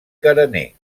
carener